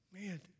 Man